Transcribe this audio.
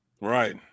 Right